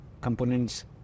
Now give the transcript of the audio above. components